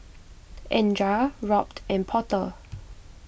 andra Robt and Porter